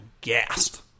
gassed